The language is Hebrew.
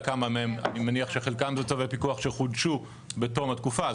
אני מניח שחלקם זה צווי פיקוח שחודשו בתום התקופה אז